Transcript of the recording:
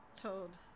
told